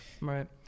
Right